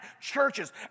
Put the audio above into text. churches